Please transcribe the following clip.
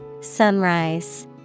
Sunrise